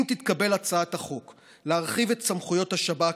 אם תתקבל הצעת החוק להרחיב את סמכויות השב"כ